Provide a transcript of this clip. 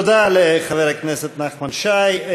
תודה לחבר הכנסת נחמן שי.